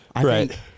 right